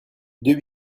deux